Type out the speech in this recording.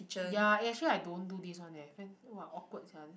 ya eh so I don't do this one eh !wah! awkward sia this one